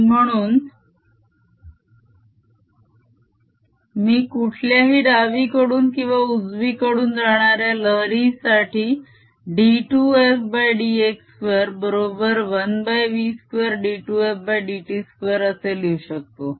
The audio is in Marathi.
आणि म्हणून मी कुठल्याही डावीकडून किंवा उजवीकडून जाणाऱ्या लहरीसाठी d 2 f dx2 बरोबर 1v2d2fdt2 असे लिहू शकतो